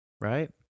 right